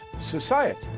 society